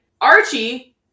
Archie